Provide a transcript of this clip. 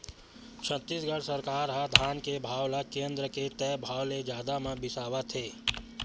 छत्तीसगढ़ सरकार ह धान के भाव ल केन्द्र के तय भाव ले जादा म बिसावत हे